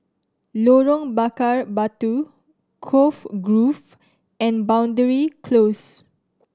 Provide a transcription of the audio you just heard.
Lorong Bakar Batu Cove Grove and Boundary Close